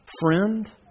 friend